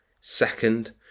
Second